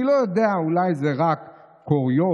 אני לא יודע, אולי זה רק קוריוז